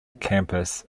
campus